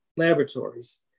laboratories